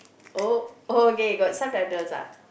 oh okay got subtitles ah